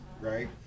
Right